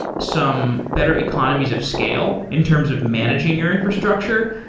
some better economies of scale in terms of managing your infrastructure.